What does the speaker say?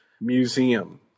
museum